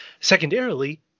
Secondarily